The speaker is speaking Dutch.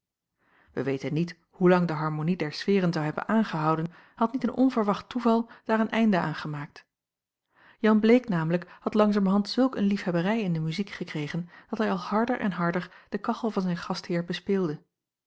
wij weten niet hoe lang de harmonie der sfeeren zou hebben aangehouden had niet een onverwacht toeval daar een einde aan gemaakt jan bleek namelijk had langzamerhand zulk een liefhebberij in de muziek gekregen dat hij al harder en harder de kachel van zijn gastheer bespeelde